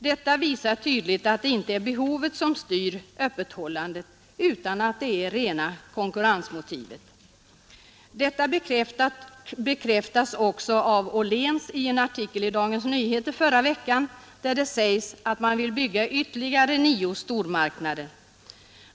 Detta visar tydligt att det inte är behovet som styr öppethållandet utan rena konkurrensmotivet. Detta bekräftas också av ÅHLÉNS i en artikel i Dagens Nyheter förra veckan, där det sägs att man vill bygga ytterligare nio stormarknader.